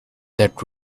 that